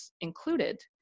included